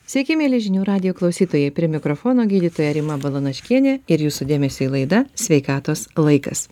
sveiki mieli žinių radijo klausytojai prie mikrofono gydytoja rima balanaškienė ir jūsų dėmesiui laida sveikatos laikas